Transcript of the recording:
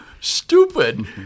stupid